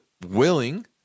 willing